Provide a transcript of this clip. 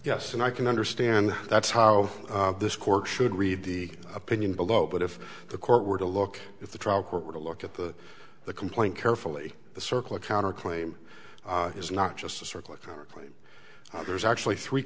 yes and i can understand that's how this court should read the opinion below but if the court were to look at the trial court were to look at the the complaint carefully the circle of counter claim is not just a circle economically there's actually three